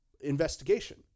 investigation